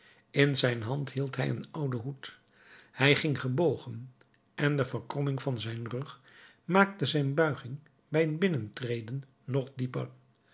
in zijn hand hield hij een ouden hoed hij ging gebogen en de kromming van zijn rug maakte zijn buiging bij het binnentreden nog dieper